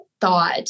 thought